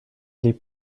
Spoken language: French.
les